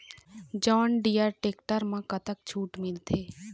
John Deere tractor म कतक छूट मिलथे?